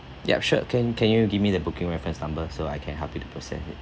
yup sure can can you give me the booking reference number so I can help you to process it